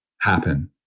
happen